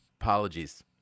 Apologies